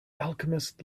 alchemist